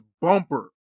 bumper